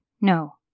no